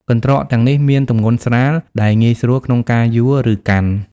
កន្ត្រកទាំងនេះមានទម្ងន់ស្រាល ដែលងាយស្រួលក្នុងការយួរ ឬកាន់។